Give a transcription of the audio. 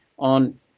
on